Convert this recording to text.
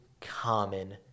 common